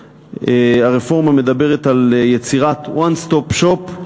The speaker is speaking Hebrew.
הרפורמה מדברת על יצירת One Stop Shop,